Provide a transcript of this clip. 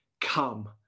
come